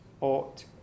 ought